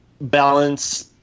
balance